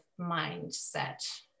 mindset